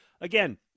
Again